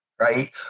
Right